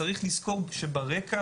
צריך לזכור שברקע,